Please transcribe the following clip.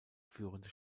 führende